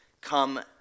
come